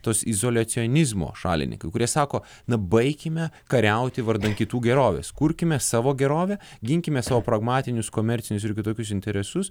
tos izoliacionizmo šalininkai kurie sako na baikime kariauti vardan kitų gerovės kurkime savo gerovę ginkime savo pragmatinius komercinius ir kitokius interesus